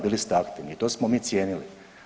Bili ste aktivni i to smo mi cijenili.